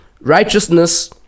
righteousness